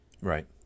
Right